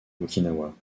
okinawa